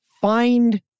find